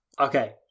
Okay